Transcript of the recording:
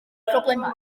problemau